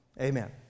Amen